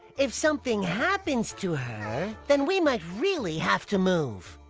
if something happens to her, then we might really have to move.